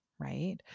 Right